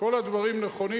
כל הדברים נכונים,